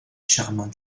charmant